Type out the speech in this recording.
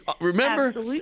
Remember